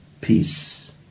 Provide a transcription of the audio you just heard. peace